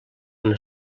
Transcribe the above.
una